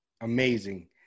amazing